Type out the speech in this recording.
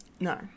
No